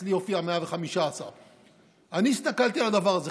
אצלי הופיע 115. אני הסתכלתי על הדבר הזה,